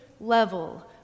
level